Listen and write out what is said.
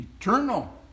eternal